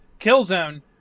Killzone